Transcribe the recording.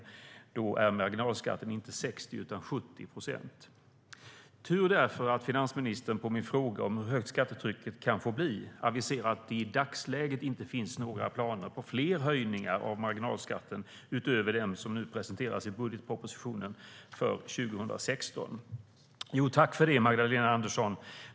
För dem är marginalskatten inte 60 utan 70 procent. Det är därför tur att finansministern på min fråga om hur högt skattetrycket kan bli aviserar att det i dagsläget inte finns några planer på fler höjningar av marginalskatten utöver den som nu presenterades i budgetpropositionen för 2016. Tack för det, Magdalena Andersson!